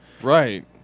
Right